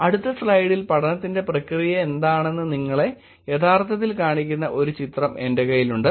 അടുത്ത സ്ലൈഡിൽ പഠനത്തിന്റെ പ്രക്രിയ എന്താണെന്ന് നിങ്ങളെ യഥാർത്ഥത്തിൽ കാണിക്കുന്ന ഒരു ചിത്രം എന്റെ കൈയിൽ ഉണ്ട്